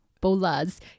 bolas